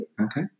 Okay